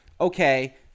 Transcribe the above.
okay